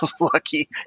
lucky